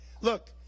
Look